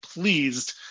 pleased